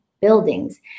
buildings